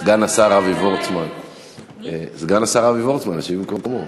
סגן השר אבי וורצמן ישיב במקומו.